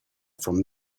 from